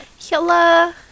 Hello